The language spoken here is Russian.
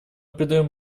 придаем